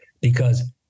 because-